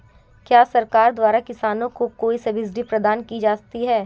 क्या सरकार द्वारा किसानों को कोई सब्सिडी प्रदान की जाती है?